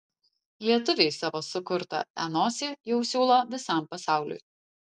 lietuviai savo sukurtą e nosį jau siūlo visam pasauliui